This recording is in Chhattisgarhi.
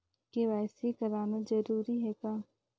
के.वाई.सी कराना जरूरी है का?